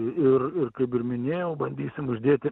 ir ir kaip ir minėjau bandysim uždėti